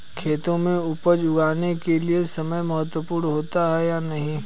खेतों में उपज उगाने के लिये समय महत्वपूर्ण होता है या नहीं?